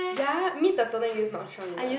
ya means the toner you use not strong enough